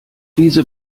diese